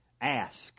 ask